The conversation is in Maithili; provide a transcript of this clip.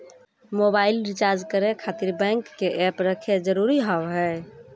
मोबाइल रिचार्ज करे खातिर बैंक के ऐप रखे जरूरी हाव है?